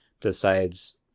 decides